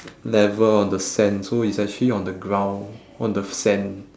level on the sand so it's actually on the ground on the f~ sand